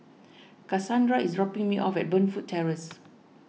Kasandra is dropping me off at Burnfoot Terrace